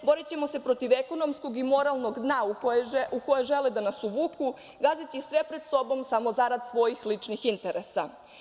Borićemo se protiv ekonomskog i moralnog dna u koje žele da nas uvuku, gazeći sve pred sobom samo zarad svojih ličnih interesa.